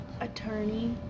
attorney